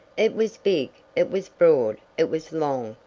it was big, it was broad, it was long,